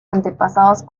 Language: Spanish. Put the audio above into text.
antepasados